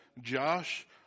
Josh